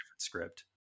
Script